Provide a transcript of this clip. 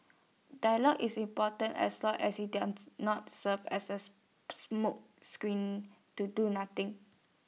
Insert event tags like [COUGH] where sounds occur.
dialogue is important as long as IT does not serve as A [UNINTELLIGIBLE] smokescreen to do nothing